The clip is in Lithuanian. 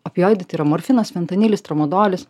opioidai tai yra morfinas fentanilis tramadolis